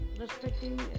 respecting